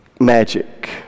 magic